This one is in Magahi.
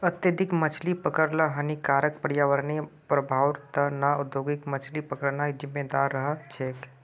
अत्यधिक मछली पकड़ ल हानिकारक पर्यावरणीय प्रभाउर त न औद्योगिक मछली पकड़ना जिम्मेदार रह छेक